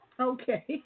Okay